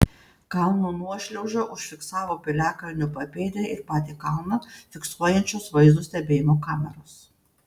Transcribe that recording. kalno nuošliaužą užfiksavo piliakalnio papėdę ir patį kalną fiksuojančios vaizdo stebėjimo kameros